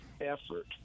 effort